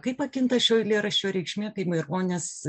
kaip pakinta šio eilėraščio reikšmė kai maironis